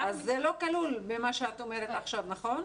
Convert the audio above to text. אז זה לא כלול במה שאת אומרת עכשיו, נכון?